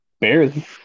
Barely